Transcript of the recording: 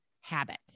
habit